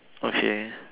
okay